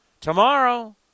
tomorrow